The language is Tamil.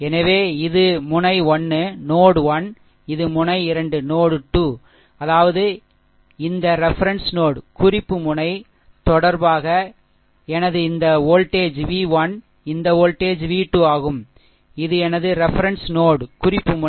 எனவே இது முனை 1 இது முனை 2 அதாவது இந்த ரெஃபெரென்ஸ் நோடு குறிப்பு முனை தொடர்பாக எனது இந்த வோல்டேஜ் v 1 இந்த வோல்டேஜ் v 2 ஆகும் இது எனது ரெஃபெரென்ஸ் நோடு குறிப்பு முனை